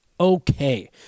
okay